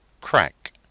crack